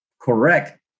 correct